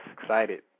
Excited